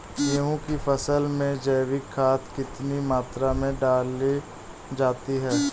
गेहूँ की फसल में जैविक खाद कितनी मात्रा में डाली जाती है?